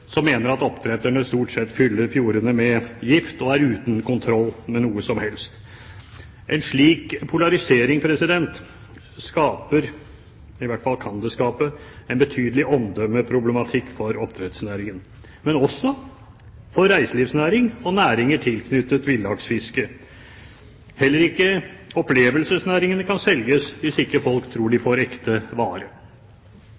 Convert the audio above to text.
mener at oppdretterne stort sett fyller fjordene med gift, og er uten kontroll med noe som helst. En slik polarisering skaper – i hvert fall kan det skape – en betydelig omdømmeproblematikk for oppdrettsnæringen, men også for reiselivsnæringen og næringer tilknyttet villaksfiske. Heller ikke opplevelsesnæringene kan selge hvis folk ikke tror de